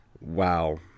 Wow